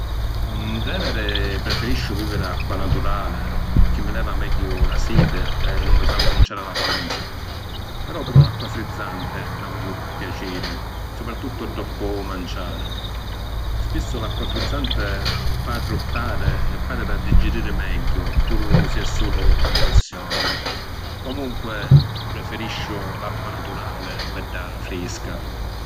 ‘N generi preferisciu viviri acqua naturali pirchì mi leva megghiu la siti e nun mi fa vunciàri la panza. Però puru l’acqua frizzanti la vivu cu piaciri, supratuttu doppu manciàri. Spissu l’acqua frizzanti fa arruttari e pari d’addiggiriri megghiu, puru si’ è sulu na ‘mpressioni. Comunqui, preferisciu l’acqua naturali bedda frisca.